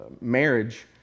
marriage